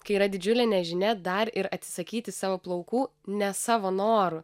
kai yra didžiulė nežinia dar ir atsisakyti savo plaukų ne savo noru